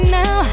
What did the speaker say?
now